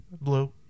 Blue